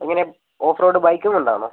എങ്ങനെയാ off road ബൈക്കും കൊണ്ടാണോ